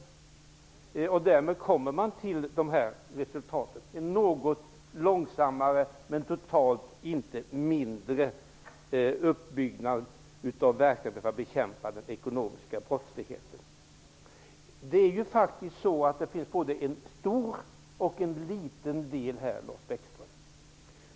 Man har därmed kommit fram till denna bedömning, som totalt inte innebär mindre utbyggnad av verksamheten för att bekämpa den ekonomiska brottsligheten men som innebär att den sker i något långsammare takt. Det finns faktiskt både en stor och en liten del i det här, Lars Bäckström.